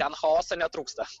ten chaoso netrūksta